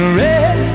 red